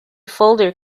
folder